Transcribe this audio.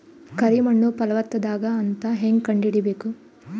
ಕರಿ ಮಣ್ಣು ಫಲವತ್ತಾಗದ ಅಂತ ಹೇಂಗ ಕಂಡುಹಿಡಿಬೇಕು?